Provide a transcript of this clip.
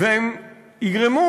והם יגרמו